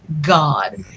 God